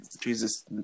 Jesus